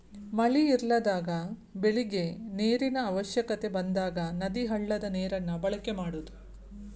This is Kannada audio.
ಮಳಿ ಇರಲಾರದಾಗ ಬೆಳಿಗೆ ನೇರಿನ ಅವಶ್ಯಕತೆ ಬಂದಾಗ ನದಿ, ಹಳ್ಳದ ನೇರನ್ನ ಬಳಕೆ ಮಾಡುದು